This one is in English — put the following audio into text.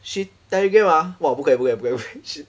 she Telegram ah !wah! 不可以不可以不可以不可以 she